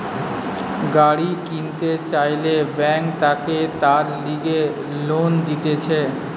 গাড়ি কিনতে চাইলে বেঙ্ক থাকে তার লিগে লোন দিতেছে